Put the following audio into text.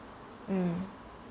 mm